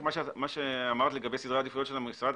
מה שאמרת לגבי סדרי העדיפויות של המשרד,